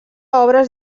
obres